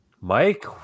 Mike